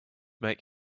make